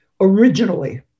originally